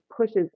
pushes